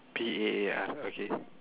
P E A R okay